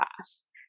class